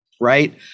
Right